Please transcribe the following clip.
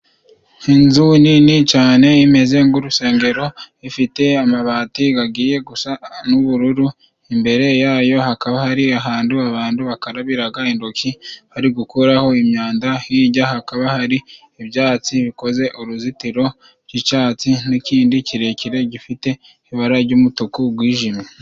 Inzu nini cane imeze nk'urusengero ifite amabati gagiye gusa n'ubururu imbere yayo hakaba hari ahantu abantu bakarabiraga intoki bari gukuraho imyanda hijya hakaba hari ibyatsi bikoze uruzitiro rw'icyatsi n'ikindi kirekire gifite ibara ry'umutuku gwijimye.